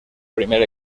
primer